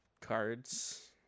cards